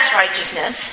righteousness